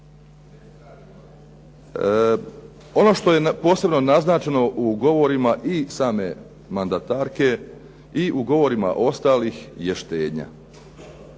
Ono što je posebno naznačeno u govorima i same mandatarke i u govorima ostalih je štednja,